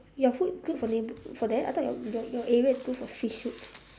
your food good for name for that I thought your your area is good for fish soup